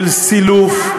של סילוף,